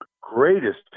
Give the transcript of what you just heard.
greatest